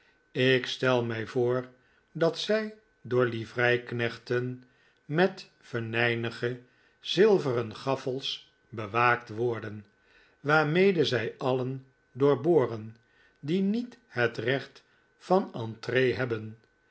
ik stel mij voor dat zij door livreiknechten met venijnig zilveren gaffels bewaakt worden waarmede zij alien doorboren die niet het recht van entree hebben